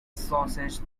sausage